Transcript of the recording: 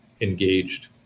engaged